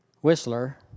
Whistler